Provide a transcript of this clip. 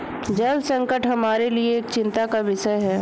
जल संकट हमारे लिए एक चिंता का विषय है